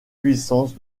puissance